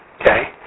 Okay